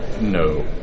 No